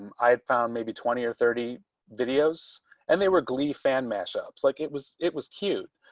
um i had found maybe twenty or thirty videos and they were glee fan mashups like it was it was cute.